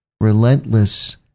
relentless